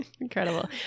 Incredible